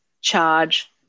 charge